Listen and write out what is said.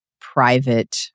private